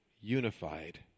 unified